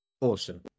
awesome